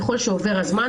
ככל שעובר הזמן,